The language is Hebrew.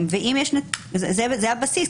זה הבסיס.